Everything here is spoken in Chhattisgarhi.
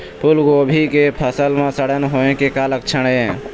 फूलगोभी के फसल म सड़न होय के लक्षण का ये?